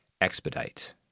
expedite